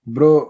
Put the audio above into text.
Bro